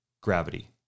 gravity